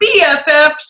BFFs